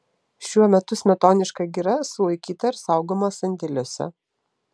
šiuo metu smetoniška gira sulaikyta ir saugoma sandėliuose